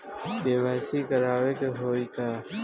KYC करावे के होई का?